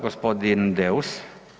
Gospodin Deur.